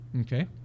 Okay